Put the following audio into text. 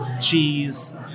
cheese